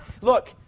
Look